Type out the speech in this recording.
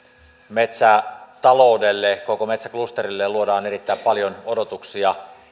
metsätaloudelle koko metsäklusterille luodaan erittäin paljon odotuksia